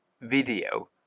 video